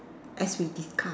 as we discuss